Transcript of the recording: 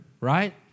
right